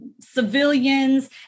civilians